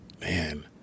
man